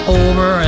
over